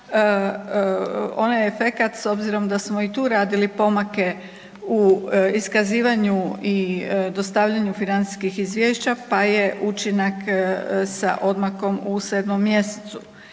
onaj efekat s obzirom da smo i tu radili pomake u iskazivanju i dostavljanju financijskih izvješća pa je učinak sa odmakom u 7. mjesecu.